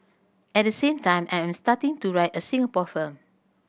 at the same time I am starting to write a Singapore film